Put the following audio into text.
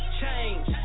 change